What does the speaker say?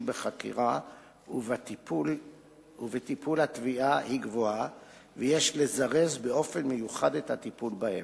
בחקירה וטיפול התביעה היא גבוהה ויש לזרז באופן מיוחד את הטיפול בהם.